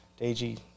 Deji